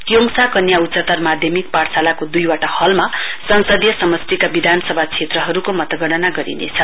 क्योडसा कन्या उच्चतर माध्यमिक पाठशालाको दुइवटा हलमा संसदीय समास्टिका विधानसभा क्षेत्रहरुको मतगणना गरिनेछ